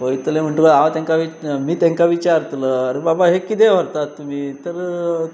वयतले म्हणटकूत हांव तेंकां मी तेंकां विचारतल अरे बाबा हे किदें व्हरतात तुमी तर